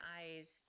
eyes